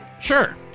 sure